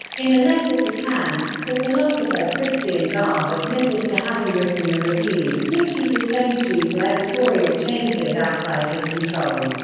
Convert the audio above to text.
in a letter to kant, the philosopher christian garve admitted to having written the review, which he disowned due to editorial changes outside his control.